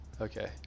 Okay